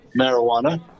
marijuana